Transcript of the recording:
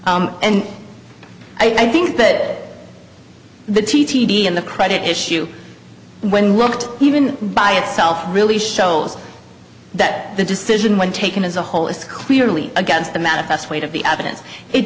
and i think that the t t d and the credit issue when looked even by itself really shows that the decision when taken as a whole is clearly against the manifest weight of the evidence it